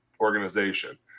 organization